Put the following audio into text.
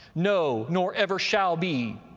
no, nor ever shall be.